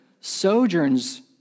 sojourns